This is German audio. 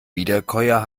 wiederkäuer